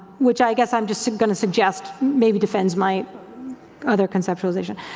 which i guess i'm just gonna suggest maybe defends my other conceptualization.